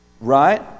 Right